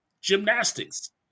gymnastics